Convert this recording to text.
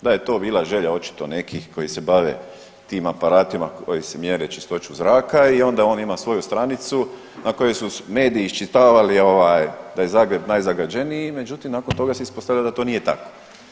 Da je to bila želja očito nekih koji se bave tim aparatima koji se mjere čistoću zraka i onda on ima svoju stranicu na kojoj su mediji iščitavali ovaj da je Zagreb najzagađeniji, međutim nakon toga se ispostavilo da to nije tako.